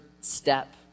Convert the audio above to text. step